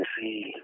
see